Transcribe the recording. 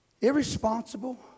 Irresponsible